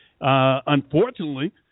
Unfortunately